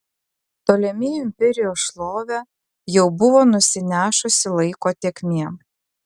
ptolemėjų imperijos šlovę jau buvo nusinešusi laiko tėkmė